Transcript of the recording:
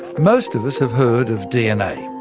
most of us have heard of dna.